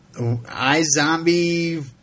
iZombie